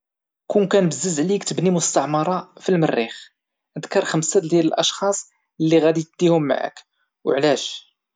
كون كان بزز عليك تبني مستعمرة في المريخ دكر خمسة ديال الاشخاص اللي غديهم معك او علاش؟